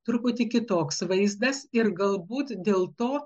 truputį kitoks vaizdas ir galbūt dėl to